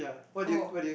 oh